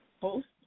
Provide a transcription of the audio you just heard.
host